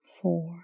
four